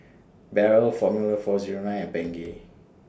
Barrel Formula four Zero nine and Bengay